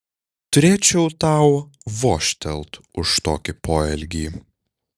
turėčiau tau vožtelt už tokį poelgį